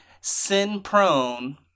sin-prone—